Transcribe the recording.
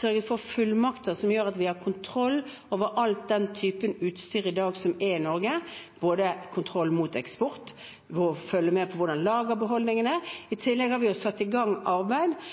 sørget for fullmakter som gjør at vi har kontroll over alle typer utstyr som er i Norge i dag, at vi har kontroll med eksport, og at vi følger med på hvordan lagerbeholdningen er. I tillegg har vi satt i gang et arbeid